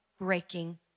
breaking